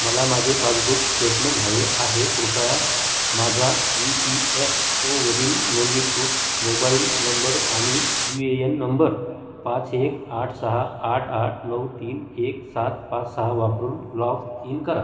मला माझे passbook statement हवे आहे कृपया माझा ई पी एफ ओवरील नोंदणीकृत मोबाईल नंबर आणि यु ए एन नंबर पाच एक आठ सहा आठ आठ नऊ तीन एक सात पाच सहा वापरून लॉग इन करा